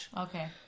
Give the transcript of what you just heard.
okay